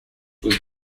was